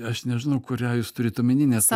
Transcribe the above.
aš nežinau kurią jūs turit omeny nes